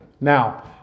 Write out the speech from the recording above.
Now